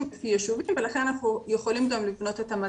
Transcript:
ביישובים ולכן אנחנו יכולים לבנות את המדד.